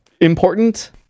important